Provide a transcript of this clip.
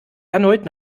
erneut